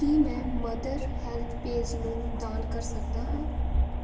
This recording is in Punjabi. ਕੀ ਮੈਂ ਮਦਰ ਹੈਲਪ ਪੇਜ਼ ਨੂੰ ਦਾਨ ਕਰ ਸਕਦਾ ਹਾਂ